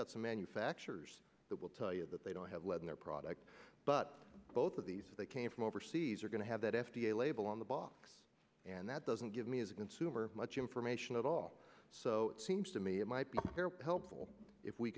got some manufacturers that will tell you that they don't have lead in their product but both of these they came from overseas are going to have that f d a label on the box and that doesn't give me as a consumer much information at all so it seems to me it might be helpful if we